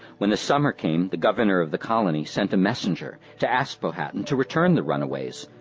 when the summer came, the governor of the colony sent a messenger to ask powhatan to return the runaways,